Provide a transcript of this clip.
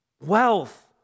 Wealth